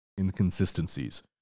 inconsistencies